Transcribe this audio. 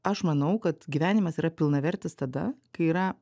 aš manau kad gyvenimas yra pilnavertis tada kai yra